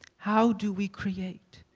how do we create?